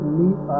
meet